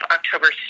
October